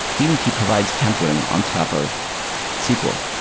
dbt provides templating on top of sql.